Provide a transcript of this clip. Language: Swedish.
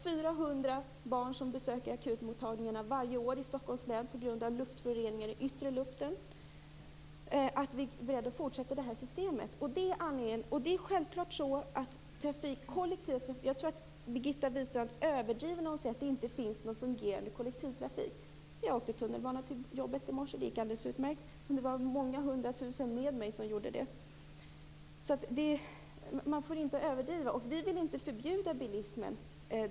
400 barn besöker akutmottagningarna varje år i Stockholms län på grund av luftföroreningar i den yttre luften. Det är anledningen. Birgitta Wistrand överdriver när hon säger att det inte finns någon fungerande kollektivtrafik. Jag åkte tunnelbana till jobbet i morse. Det gick alldeles utmärkt. Det var många hundra tusen med mig som gjorde det. Man får inte överdriva. Vi vill inte förbjuda bilismen.